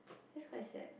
that's quite sad